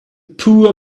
poor